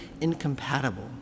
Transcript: incompatible